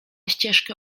ścieżkę